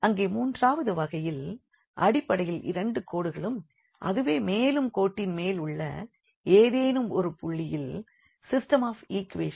அங்கே மூன்றாவது வகையில் அடிப்படையில் இரண்டு கோடுகளும் அதுவே மேலும் கோட்டின் மேல் உள்ள ஏதேனும் ஒரு புள்ளியில் சிஸ்டெம் ஆஃப் ஈக்வேஷனின் சொல்யூஷனை நாம் காணலாம்